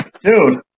Dude